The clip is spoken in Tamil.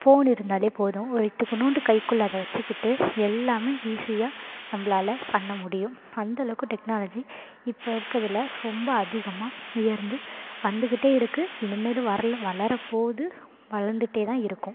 ஃபோன் இருந்தாலே போதும் ஒரு துக்குனோண்டு கைக்குள்ளே அதை வெச்சுக்கிட்டு எல்லாமே ஈஸியாக நம்மளால பண்ண முடியும் அந்த அளவுக்கு டெக்னாலஜி இப்போ இருக்கறதில ரொம்ப அதிகமா உயர்ந்து வந்துக்கிட்டே இருக்குது இனிமேலும் வளரப் போகுது வளர்ந்துட்டே தான் இருக்கும்